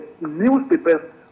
newspapers